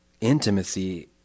intimacy